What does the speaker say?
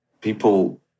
people